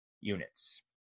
units